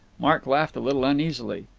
mark laughed a little uneasily.